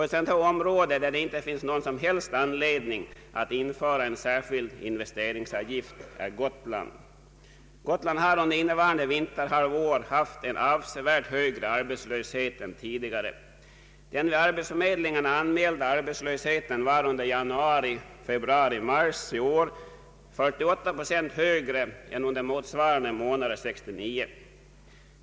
Ett sådant område, där det inte finns någon som helst anledning att införa en särskild investeringsavgift, är Gotland. Gotland har under det gångna vinterhalvåret haft en avsevärt högre arbetslöshet än tidigare. Den vid arbetsförmedlingarna anmälda arbetslösheten var under januari, februari och mars i år 48 procent högre än under motsvarande månader år 1969.